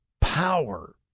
power